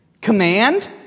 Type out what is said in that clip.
command